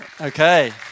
Okay